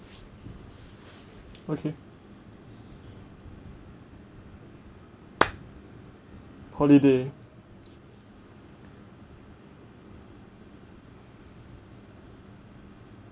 okay holiday